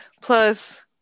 Plus